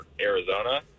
Arizona